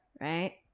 right